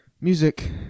music